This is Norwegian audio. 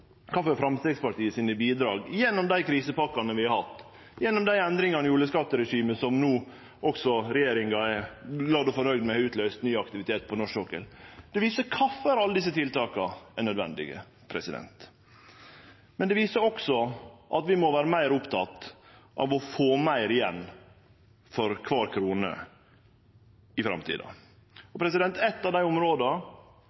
kvifor Framstegspartiet med sine bidrag gjennom dei krisepakkane vi har hatt, gjennom dei endringane i oljeskatteregimet som no også regjeringa er glad og fornøgd med, har utløyst ny aktivitet på norsk sokkel. Det viser kvifor alle desse tiltaka er nødvendige. Men det viser også at vi må vere meir opptekne av å få meir igjen for kvar krone i framtida.